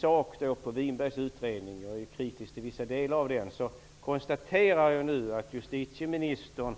Utan att gå in på den i sak -- jag är kritisk till vissa delar av den -- konstaterar jag nu att justitieministern